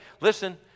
Listen